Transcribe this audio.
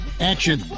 action